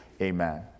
Amen